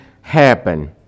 happen